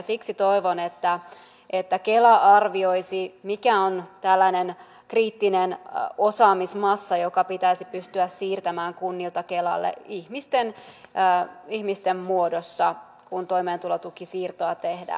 siksi toivon että kela arvioisi mikä on tällainen kriittinen osaamismassa joka pitäisi pystyä siirtämään kunnilta kelalle ihmisten muodossa kun toimeentulotukisiirtoa tehdään